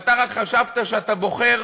ואתה רק חשבת שאתה בוחר